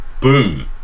boom